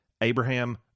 Abraham